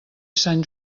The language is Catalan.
sant